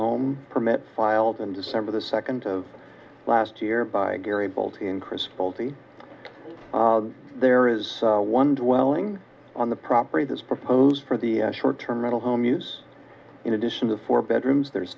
home permit filed in december the second of last year by gary bolton chris faulty there is one dwelling on the property this proposed for the short term mental home use in addition to four bedrooms there's